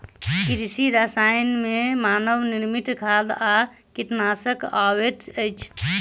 कृषि रसायन मे मानव निर्मित खाद आ कीटनाशक अबैत अछि